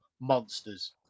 monsters